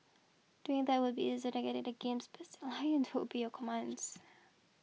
doing that would be easy than getting the game's lion to obey your commands